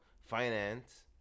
finance